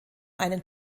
einen